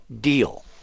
deal